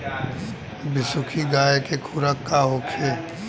बिसुखी गाय के खुराक का होखे?